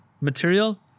material